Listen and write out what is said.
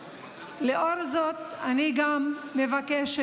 לאור זאת, אני גם מבקשת